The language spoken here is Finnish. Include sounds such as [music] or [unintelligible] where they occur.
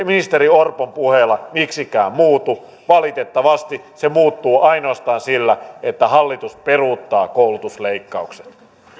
[unintelligible] ministeri orpon puheilla miksikään muutu valitettavasti se muuttuu ainoastaan sillä että hallitus peruuttaa koulutusleikkaukset